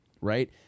right